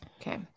Okay